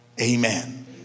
Amen